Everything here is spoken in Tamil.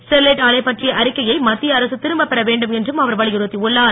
ஸ்டெரிலைட் ஆலை பற்றிய அறிக்கையை மத்திய அரசு திரும்ப பெற வேண்டும் என்றும் அவர் வலியுறுத்தி உள்ளார்